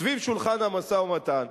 סביב שולחן המשא-ומתן.